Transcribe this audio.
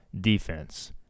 defense